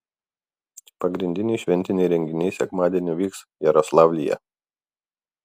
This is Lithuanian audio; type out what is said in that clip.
pagrindiniai šventiniai renginiai sekmadienį vyks jaroslavlyje